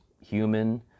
human